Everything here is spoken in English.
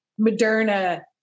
Moderna